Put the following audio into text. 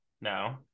no